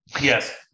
Yes